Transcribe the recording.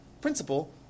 principle